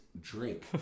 drink